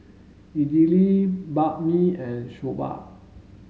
Idili Banh Mi and Soba